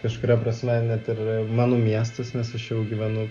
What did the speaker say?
kažkuria prasme net ir mano miestas nes aš jau gyvenu